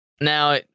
Now